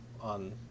on